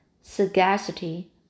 sagacity